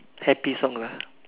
happy song ah